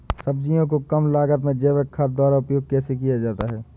सब्जियों को कम लागत में जैविक खाद द्वारा उपयोग कैसे किया जाता है?